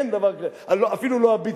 אין דבר כזה, אפילו לא "הביטלס".